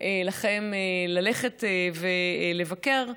לכם ללכת לבקר,